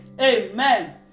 Amen